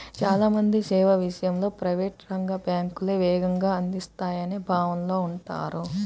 చాలా మంది సేవల విషయంలో ప్రైవేట్ రంగ బ్యాంకులే వేగంగా అందిస్తాయనే భావనలో ఉంటారు